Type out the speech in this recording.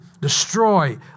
destroy